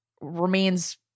remains